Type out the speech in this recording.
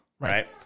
right